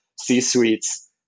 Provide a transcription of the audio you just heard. C-suites